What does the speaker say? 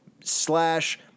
slash